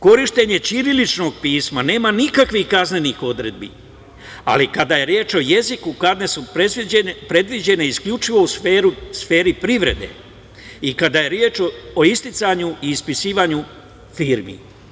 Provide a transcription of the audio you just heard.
Korišćenje ćiriličnog pisma nema nikakvih kaznenih odredbi, ali kada je reč o jeziku kazne su predviđene isključivo u sferi privrede i kada je reč o isticanju i ispisivanju firmi.